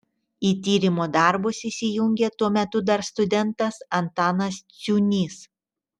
į tyrimo darbus įsijungė tuo metu dar studentas antanas ciūnys